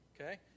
okay